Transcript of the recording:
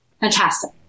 Fantastic